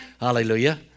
Hallelujah